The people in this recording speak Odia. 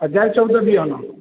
ହଜାରେ ଚଉଦ ବିହନ